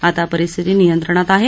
आता परिस्थिती नियंत्रणात आहे